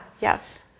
yes